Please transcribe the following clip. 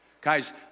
Guys